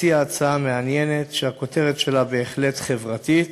הציע הצעה מעניינת, שהכותרת שלה בהחלט חברתית,